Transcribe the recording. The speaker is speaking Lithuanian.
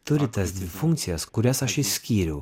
turi tas dvi funkcijas kurias aš išskyriau